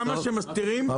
אני